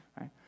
right